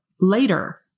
Later